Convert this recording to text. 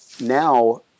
now